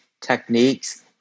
techniques